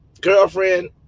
girlfriend